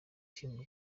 team